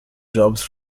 jobs